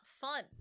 fun